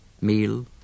meal